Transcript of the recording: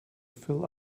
fill